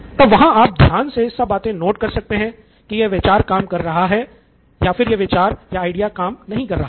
तब वहाँ आप ध्यान से सब बातें नोट कर सकते हैं कि यह विचार काम नहीं कर रहा है या फिर यह विचार या आइडिया काम कर रहा है